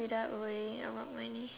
without worrying about money